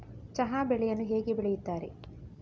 ಚಹಾ ಬೆಳೆಯನ್ನು ಹೇಗೆ ಬೆಳೆಯುತ್ತಾರೆ?